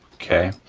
okay?